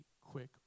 quick